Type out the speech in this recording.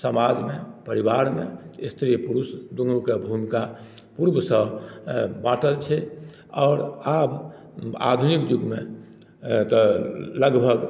समाजमे परिवारमे स्त्री पुरुष दुनूके भुमिका पुर्वसँ बाँटल छै आओर आब आधुनिक युगमे एतऽ लगभग